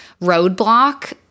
roadblock